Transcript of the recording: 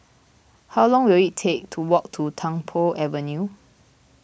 how long will it take to walk to Tung Po Avenue